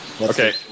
Okay